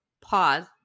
pause